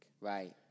Right